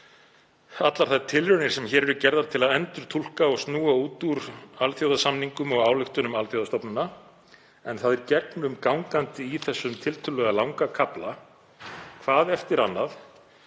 allar þær tilraunir sem hér eru gerðar til að endurtúlka og snúa út úr alþjóðasamningum og ályktunum alþjóðastofnana. En það er gegnumgangandi í þessum tiltölulega langa kafla að hvað eftir annað